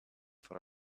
for